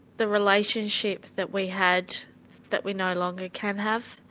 the relationship that we had that we no longer can have.